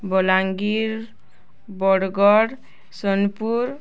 Balangir Bargarh Sonepur